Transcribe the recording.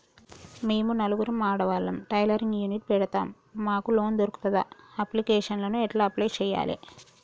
మేము నలుగురం ఆడవాళ్ళం టైలరింగ్ యూనిట్ పెడతం మాకు లోన్ దొర్కుతదా? అప్లికేషన్లను ఎట్ల అప్లయ్ చేయాలే?